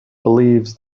believes